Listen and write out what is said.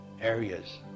areas